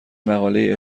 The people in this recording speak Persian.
مقاله